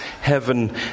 heaven